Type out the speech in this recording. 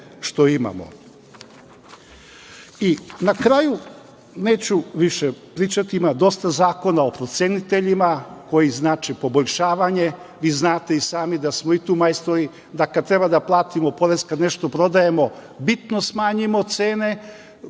kraju, neću više pričati, ima dosta zakona o proceniteljima koji znače poboljšavanje i znate i sami da smo i tu majstori da kad treba da platimo porez kad nešto prodajemo bitno smanjimo cene